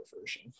version